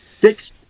six